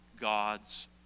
God's